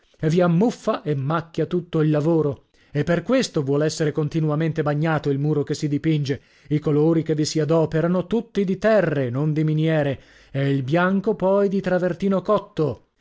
vi ammuffa e macchia tutto il lavoro e per questo vuol essere continuamente bagnato il muro che si dipinge i colori che vi si adoperano tutti di terre non di miniere e il bianco poi di travertino cotto